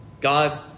God